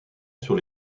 sur